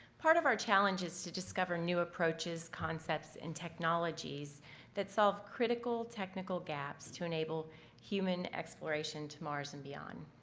part of our challenge is to discover new approaches concepts and technologies that solve critical technical gaps to enable human exploration to mars and beyond.